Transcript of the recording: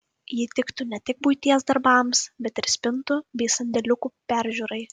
ji tiktų ne tik buities darbams bet ir spintų bei sandėliukų peržiūrai